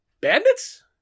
Bandits